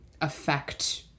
affect